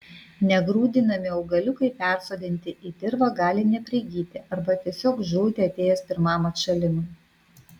negrūdinami augaliukai persodinti į dirvą gali neprigyti arba tiesiog žūti atėjus pirmam atšalimui